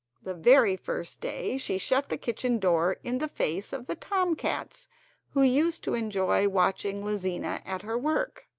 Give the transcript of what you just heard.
the very first day she shut the kitchen door in the face of the tom-cats who used to enjoy watching lizina at her work,